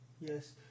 Yes